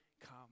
come